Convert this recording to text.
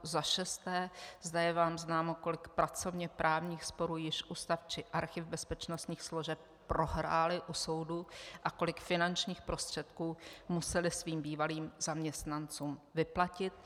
Za šesté, zda je vám známo, kolik pracovněprávních sporů již Ústav či Archiv bezpečnostních složek prohrály u soudu a kolik finančních prostředků musely svým bývalým zaměstnancům vyplatit.